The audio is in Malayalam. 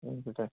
ആയിക്കോട്ടെ